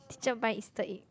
cher buy easter egg